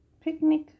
Picnic